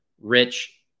Rich